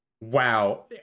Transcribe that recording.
wow